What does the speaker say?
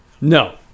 no